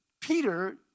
Peter